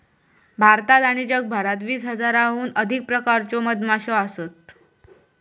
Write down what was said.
भारतात आणि जगभरात वीस हजाराहून अधिक प्रकारच्यो मधमाश्यो असत